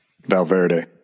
Valverde